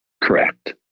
Correct